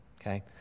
okay